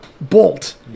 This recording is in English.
bolt